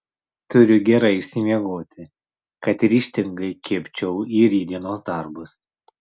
turiu gerai išsimiegoti kad ryžtingai kibčiau į rytdienos darbus